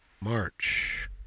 March